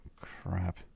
Crap